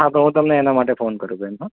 હા તો હું તમને એના માટે ફોન કરું બેન હોં